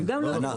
הם גם לא יודעים,